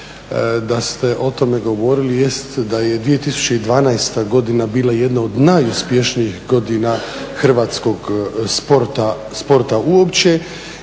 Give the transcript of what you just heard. da ste o tome govorili jest da je 2012.godina bila jedna od najuspješnijih godina Hrvatskog sporta uopće